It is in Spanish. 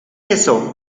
eso